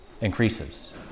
increases